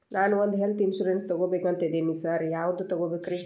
ನಾನ್ ಒಂದ್ health insurance ತಗಬೇಕಂತಿದೇನಿ sir ಯಾವದ ತಗಬೇಕ್ರಿ?